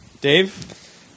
Dave